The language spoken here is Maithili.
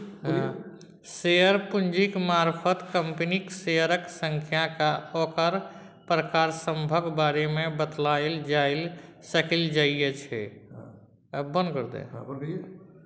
शेयर पूंजीक मारफत कंपनीक शेयरक संख्या आ ओकर प्रकार सभक बारे मे बताएल जाए सकइ जाइ छै